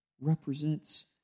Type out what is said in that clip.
represents